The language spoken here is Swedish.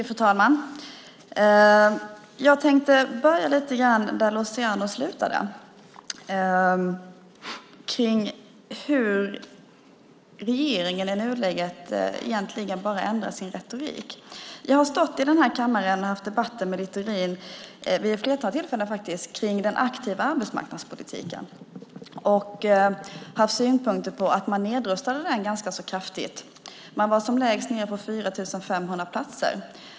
Fru talman! Jag tänkte börja där Luciano slutade, det vill säga hur regeringen i nuläget egentligen bara ändrar sin retorik. Jag har stått i den här kammaren och haft debatter om den aktiva arbetsmarknadspolitiken med Littorin vid ett flertal tillfällen. Jag har haft synpunkter på att man nedrustade den ganska kraftigt. Man var som lägst nere på 4 500 platser.